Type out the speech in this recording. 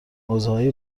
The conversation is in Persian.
حوزههای